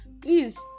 Please